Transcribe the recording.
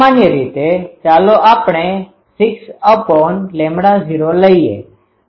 સામાન્ય રીતે ચાલો આપણે 6૦ લઈએ